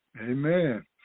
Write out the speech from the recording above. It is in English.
Amen